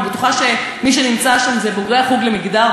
אני בטוחה שמי שנמצא שם זה בוגרי החוג למגדר,